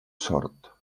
sort